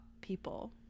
people